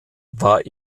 war